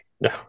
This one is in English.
No